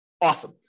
awesome